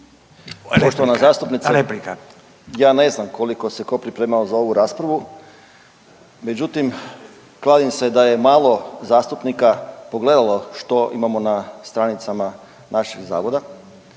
Poštovana zastupnice ja ne znam koliko se tko pripremao za ovu raspravu, međutim kladim se da je malo zastupnika pogledalo što imamo na stranicama našeg zavoda.